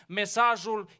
mesajul